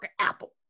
apple